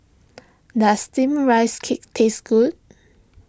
does Steamed Rice Cake taste good